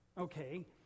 Okay